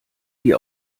die